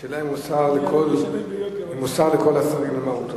השאלה אם הוא שר, לכל הסרים למרותו.